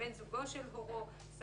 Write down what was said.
אני מקווה מאוד, שנצליח